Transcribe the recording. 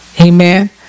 amen